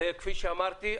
כפי שאמרתי,